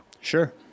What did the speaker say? sure